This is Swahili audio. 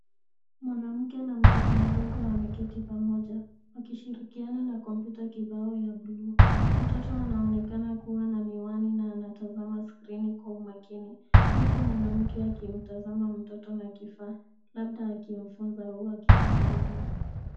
Mwanamke na mtoto mdogo wameketi pamoja wakishirikiana na kompyuta kibao ya buluu. Mtoto anaonekana kuwa na miwani na anatazama skrini kwa umakini huku mwanamke akimtazama mtoto na kifaa labda akimfunza au akimsaidia.